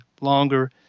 longer